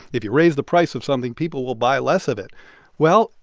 if you raise the price of something, people will buy less of it well,